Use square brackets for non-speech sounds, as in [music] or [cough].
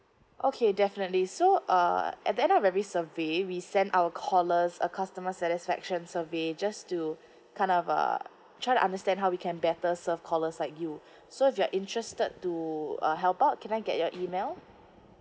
okay definitely so uh at the end of every survey we send our callers a customer satisfaction survey just to [breath] kind of uh try to understand how we can better serve callers like you [breath] so if you are interested to uh help out can I get your email